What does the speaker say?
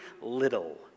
little